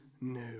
new